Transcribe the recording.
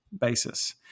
basis